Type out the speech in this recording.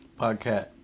Podcast